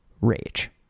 rage